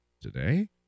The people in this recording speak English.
Today